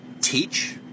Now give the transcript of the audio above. teach